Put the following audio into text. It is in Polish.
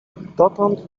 dotąd